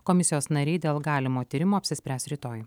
komisijos nariai dėl galimo tyrimo apsispręs rytoj